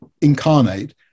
incarnate